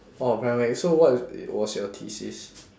oh paramedics so what was your thesis